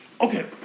Okay